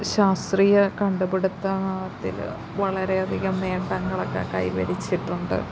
ശാസ്ത്രീയ കണ്ടുപിടുത്തത്തിൽ വളരെയധികം നേട്ടങ്ങളൊക്കെ കൈവരിച്ചിട്ടുണ്ട്